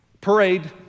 Parade